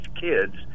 kids